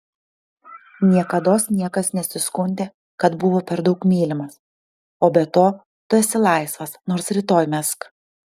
niekados niekas nesiskundė kad buvo per daug mylimas o be to tu esi laisvas nors rytoj mesk